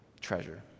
treasure